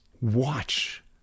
watch